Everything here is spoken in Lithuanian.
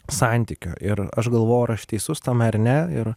santykio ir aš galvoju ar aš teisus tame ar ne ir